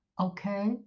Okay